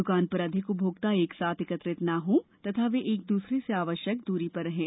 दुकान पर अधिक उपभोक्ता एक साथ एकत्रित न हों तथा वे एक दूसरे से आवश्यक दूरी पर रहें